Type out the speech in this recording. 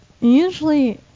usually